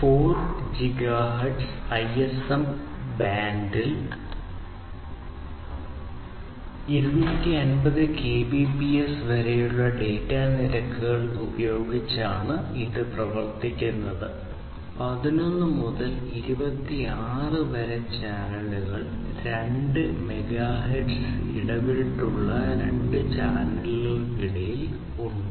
4 gigahertz ISM ബാൻഡിൽ 250 kbps വരെയുള്ള data നിരക്കുകൾ ഉപയോഗിച്ചാണ് ഇത് പ്രവർത്തിക്കുന്നത് 11 മുതൽ 26 വരെ ചാനലുകൾ രണ്ട് മെഗാഹെർട്സ് ഇടവിട്ടുള്ള രണ്ട് ചാനലുകൾക്കിടയിൽ ഉണ്ട്